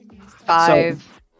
five